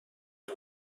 سال